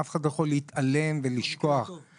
אף אחד לא יכול להתעלם ולשכוח מכך.